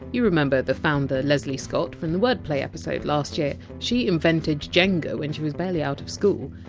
you remember the founder leslie scott from the word play episode last year she invented jenga when she was barely out of school,